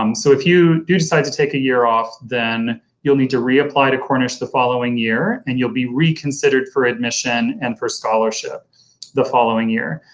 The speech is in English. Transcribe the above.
um so if you do decide to take a year off then you'll need to reapply to cornish the following year and you'll be reconsidered for admission and for scholarship the following year.